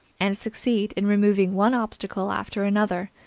and succeed in removing one obstacle after another,